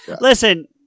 Listen